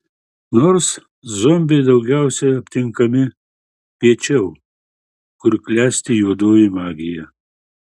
nors zombiai daugiausiai aptinkami piečiau kur klesti juodoji magija